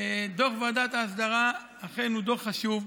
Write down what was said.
דוח ועדת ההסדרה הוא אכן דוח חשוב.